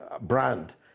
brand